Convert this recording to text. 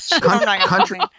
Country